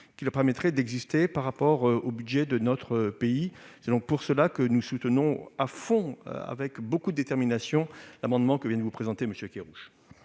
qui leur permettrait d'exister par rapport au budget de notre pays ? C'est la raison pour laquelle nous soutenons à fond, avec beaucoup de détermination, l'amendement que vient de présenter M. Kerrouche.